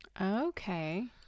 Okay